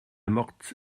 motte